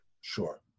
Sure